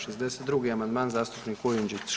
62. amandman zastupnik Kujundžić.